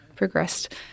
progressed